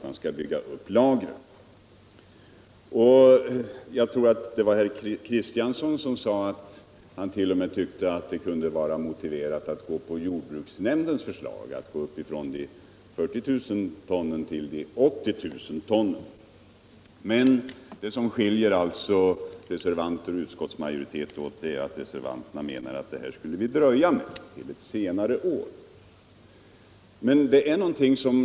Jag tror det var herr Kristiansson som sade att han t.o.m. tyckte det kunde vara motiverat att följa jordbruksnämndens förslag att öka med 80 000 ton i stället för 40 000 ton. Det som skiljer reservanterna och utskottsmajoriteten är att reservanterna menar att vi kan dröja med detta till ett senare år.